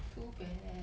too bad